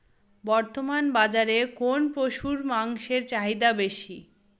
বর্তমান বাজারে কোন পশুর মাংসের চাহিদা বেশি?